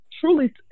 truly